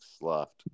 left